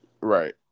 Right